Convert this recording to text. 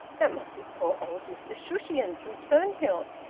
that must be poor old mr shushions from turnhill,